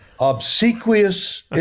obsequious